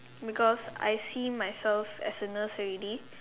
because I see myself as a nurse already